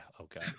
Okay